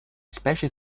specie